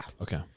Okay